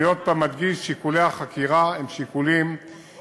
אני עוד פעם אדגיש: שיקולי החקירה הם שיקולים ענייניים,